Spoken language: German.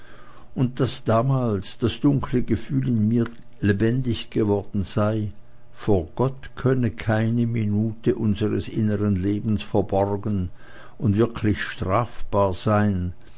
und daß damals das dunkle gefühl in mir lebendig geworden sei vor gott könne keine minute unseres inneren lebens verborgen und wirklich strafbar sein